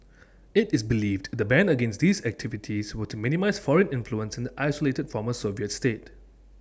IT is believed the ban against these activities were to minimise foreign influence in the isolated former Soviet state